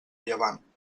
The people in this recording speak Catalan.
llevant